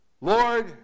Lord